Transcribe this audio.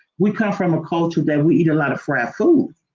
we come from a culture that we eat a lot of fried foods,